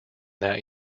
that